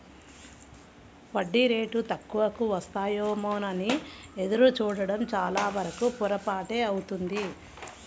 వడ్డీ రేటు తక్కువకు వస్తాయేమోనని ఎదురు చూడడం చాలావరకు పొరపాటే అవుతుంది